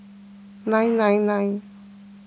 nine nine nine